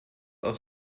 auf